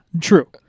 true